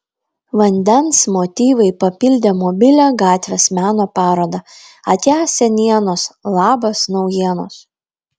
vandens motyvai papildė mobilią gatvės meno parodą atia senienos labas naujienos